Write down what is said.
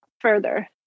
further